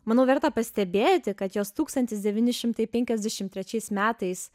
manau verta pastebėti kad jos tūkstantis devyni šimtai penkiasdešim trečiais metais